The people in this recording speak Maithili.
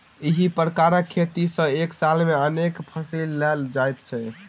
एहि प्रकारक खेती मे एक साल मे अनेक फसिल लेल जाइत छै